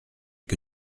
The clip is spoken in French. que